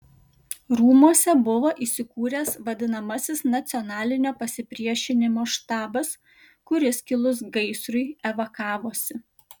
rūmuose buvo įsikūręs vadinamasis nacionalinio pasipriešinimo štabas kuris kilus gaisrui evakavosi